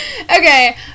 Okay